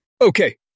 Okay